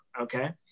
Okay